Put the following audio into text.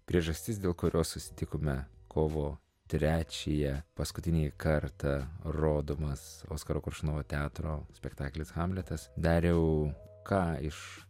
priežastis dėl kurios susitikome kovo trečiąją paskutinį kartą rodomas oskaro koršunovo teatro spektaklis hamletas dariau ką iš